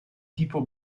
tipo